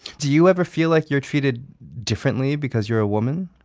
do you ever feel like you're treated differently because you're a woman?